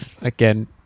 again